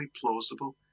plausible